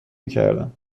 میکردم